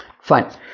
fine